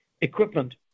equipment